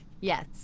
Yes